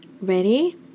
Ready